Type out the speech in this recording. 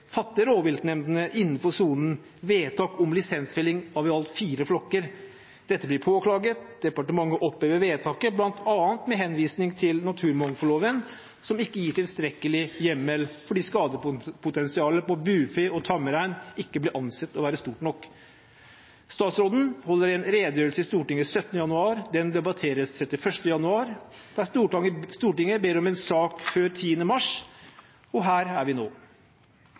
fatter rovviltnemndene innenfor sonen vedtak om lisensfelling av i alt fire flokker. Dette blir påklaget, og departementet opphever vedtaket, bl.a. med henvisning til at naturmangfoldloven ikke gir tilstrekkelig hjemmel fordi skadepotensialet på bufe og tamrein ikke ble ansett å være stort nok. Statsråden holder en redegjørelse i Stortinget 17. januar. Den debatteres 31. januar, der Stortinget ber om en sak før 10. mars – og her er vi nå.